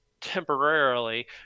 temporarily